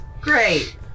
Great